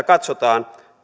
katsotaan